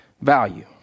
value